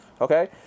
okay